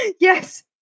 Yes